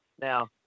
Now